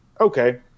okay